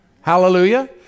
Hallelujah